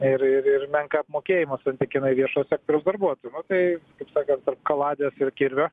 ir ir ir menką apmokėjimą santykinai viešojo sektoriaus darbuotojų nu tai kaip sakant tarp kaladės ir kirvio